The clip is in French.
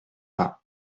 pas